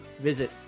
visit